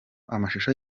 amashusho